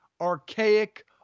archaic